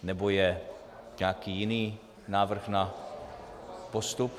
Nebo je nějaký jiný návrh na postup?